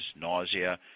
nausea